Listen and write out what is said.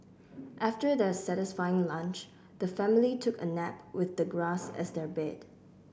after their satisfying lunch the family took a nap with the grass as their bed